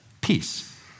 peace